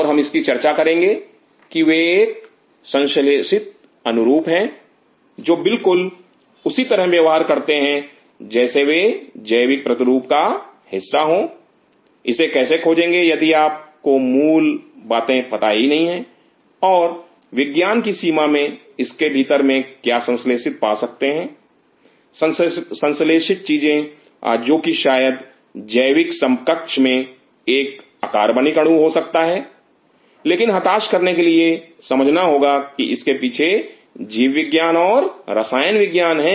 और हम इसकी चर्चा करेंगे वे एक संश्लेषित अनुरूप है जो बिल्कुल उसी तरह व्यवहार करते हैं जैसे वे जैविक प्रतिरूप का हिस्सा हो इसे कैसे खोजें यदि आपको मूल ही नहीं पता है और विज्ञान की सीमा में इसके भीतर में क्या संश्लेषित पा सकते हैं संश्लेषित चीजें जो कि शायद जैविक समकक्ष में एक अकार्बनिक अणु हो सकता है लेकिन हताश करने के लिए समझना होगा कि इसके पीछे जीव विज्ञान और रसायन विज्ञान हैं